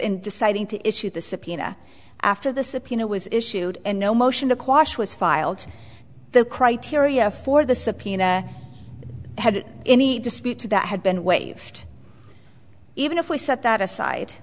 in deciding to issue the subpoena after the subpoena was issued and no motion to quash was filed the criteria for the subpoena had any disputes that had been waived even if we set that aside